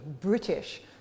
British